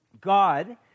God